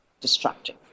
destructive